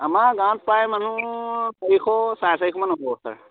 আমাৰ গাঁৱত প্ৰায় মানুহ চাৰিশ চাৰে চাৰিশমান হ'ব ছাৰ